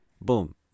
boom